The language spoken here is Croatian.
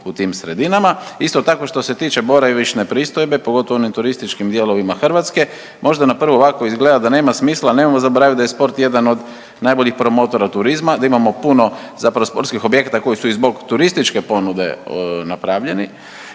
u tim sredinama. Isto tako što se tiče boravišne pristojbe, pogotovo u onim turističkim dijelovima Hrvatske možda na prvu ovako izgleda da nema smisla, a nemojmo zaboravit da je sport jedan od najboljih promotora turizma, da imamo puno zapravo sportskih objekata koji su i zbog turističke ponude napravljeni